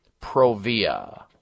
Provia